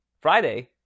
Friday